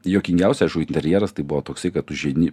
juokingiausia aišku interjeras tai buvo toksai kad užeini